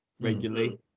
regularly